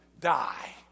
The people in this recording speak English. die